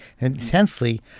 intensely